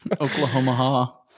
Oklahoma